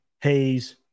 Hayes